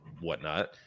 whatnot